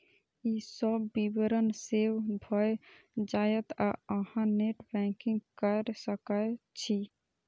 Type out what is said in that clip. ई सब विवरण सेव भए जायत आ अहां नेट बैंकिंग कैर सकै छी